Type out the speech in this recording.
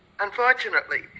unfortunately